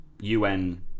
UN